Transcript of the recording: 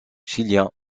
chilien